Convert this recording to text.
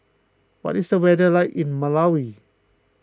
what is the weather like in Malawi